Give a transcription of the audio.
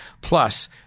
Plus